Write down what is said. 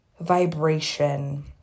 vibration